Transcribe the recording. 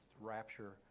rapture